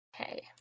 Okay